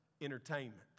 entertainment